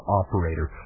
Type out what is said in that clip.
operator